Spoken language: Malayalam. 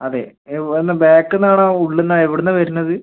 അതെ ഒന്ന് ബാക്കിൽ നിന്ന് ആണോ ഉള്ളിൽ നിന്നോ എവിടെ നിന്നാണ് വരുന്നത്